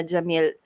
Jamil